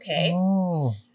Okay